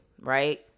right